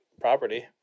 property